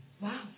Wow